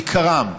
בעיקרם,